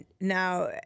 Now